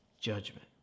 judgment